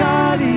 God